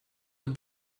het